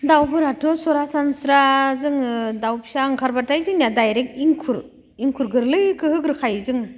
दाउफोराथ' सरासनस्रा जोङो दाउ फिसा ओंखारबाथाय जोंनिया दायरेक्ट एंखुर गोरलैखौ होग्रोखायो जोङो